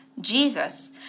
Jesus